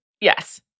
Yes